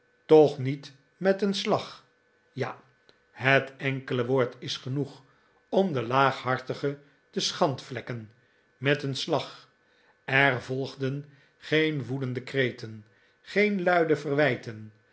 toch niet met een slag ja het enkele woord is genoeg om den laaghartige te schandvlekken met een slag er volgden geen woedende kreten geen luide verwijten